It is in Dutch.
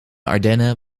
ardennen